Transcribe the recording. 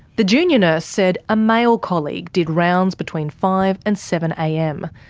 the junior nurse said a male colleague did rounds between five and seven am,